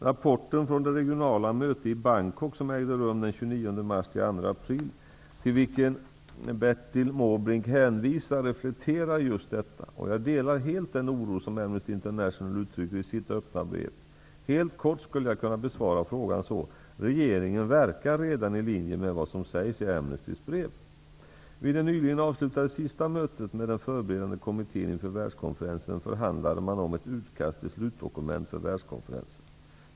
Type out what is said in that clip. Rapporten från det regionala möte i Bangkok som ägde rum den 29 mars till den 2 april, till vilken Bertil Måbrink hänvisar, reflekterar just detta, och jag delar helt den oro som Amnesty International uttrycker i sitt öppna brev. Helt kort skulle jag kunna besvara frågan så: Regeringen verkar redan i linje med vad som sägs i Vid det nyligen avslutade sista mötet med den förberedande kommittén inför världskonferensen förhandlade man om ett utkast till slutdokument för världskonferensen.